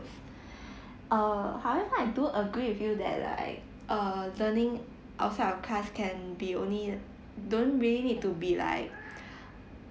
uh however I do agree with you that like uh learning outside of class can be only don't really need to be like